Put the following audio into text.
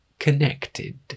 Connected